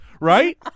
Right